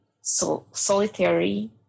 solitary